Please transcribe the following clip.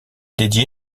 dédié